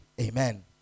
Amen